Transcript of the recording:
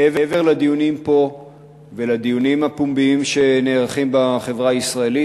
מעבר לדיונים פה ולדיונים הפומביים שנערכים בחברה הישראלית,